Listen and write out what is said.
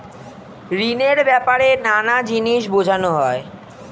ঋণের ব্যাপারে নানা জিনিস বোঝানো যায়